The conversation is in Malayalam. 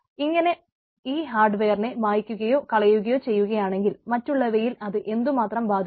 ഇങ്ങനെ ഈ ഹാർഡ്വെയറിനെ മായ്ക്കുകയോ കളയുകയോ ചെയ്യുകയാണെങ്കിൽ മറ്റുള്ളവയിൽ അത് എന്തുമാത്രം ബാധിക്കും